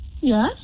Yes